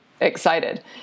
excited